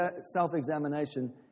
self-examination